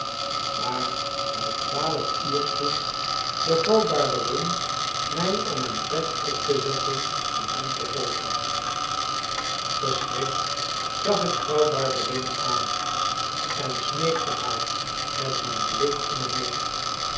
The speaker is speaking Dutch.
maar toen het twaalf uur sloeg beval barberin mij om mijn pet op te zetten en hem te volgen verschrikt zag ik vrouw barberin aan en smeekte haar met mijn blik om hulp